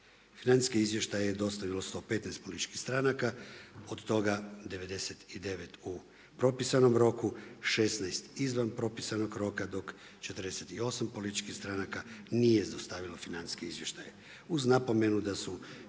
Financijske izvještaje je dostavilo 115 političkih stranaka, od toga 99 u propisanom roku, 16 izvan propisanog roka dok 48 političkih stranaka nije zaustavilo financijski izvještaj uz napomenu da su